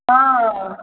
हँ